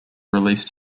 released